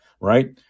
right